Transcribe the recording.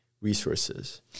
resources